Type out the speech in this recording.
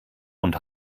und